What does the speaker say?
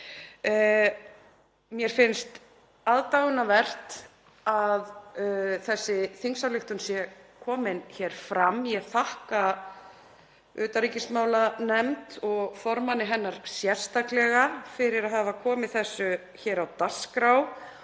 Mér finnst aðdáunarvert að þessi þingsályktunartillaga sé komin hér fram. Ég þakka utanríkismálanefnd og formanni hennar sérstaklega fyrir að hafa komið þessu hér á dagskrá